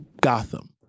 Gotham